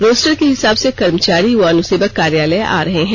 roster के हिसाब से कर्मचारी व अनुसेवक कार्यालय आ रहे हैं